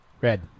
red